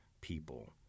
people